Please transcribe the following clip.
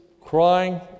crying